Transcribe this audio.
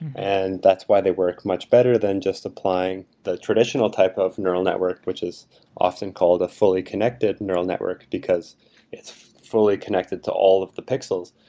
and that's why they work much better than just supplying the traditional type of neural network which is often called a fully connected neural network because it's fully connected to all of the pixels.